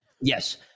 yes